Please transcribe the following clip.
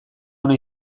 ona